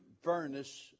furnace